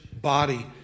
body